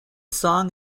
song